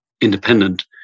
independent